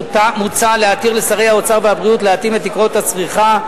מוצע להתיר לשרי האוצר והבריאות להתאים את תקרות הצריכה: